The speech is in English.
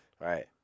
Right